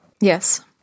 Yes